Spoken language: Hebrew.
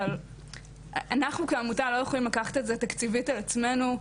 אבל אנחנו כעמותה לא יכולים לקחת את זה תקציבית על עצמינו.